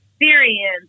experience